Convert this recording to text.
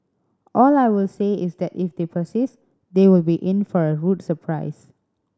all I will say is that if they persist they will be in for a rude surprise